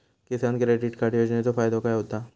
किसान credit card योजनेचो फायदो काय होता?